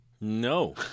No